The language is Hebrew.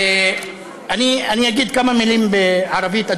אני אגיד כמה מילים בערבית,